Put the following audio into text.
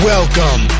Welcome